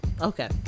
okay